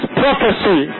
prophecy